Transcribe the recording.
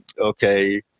Okay